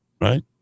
right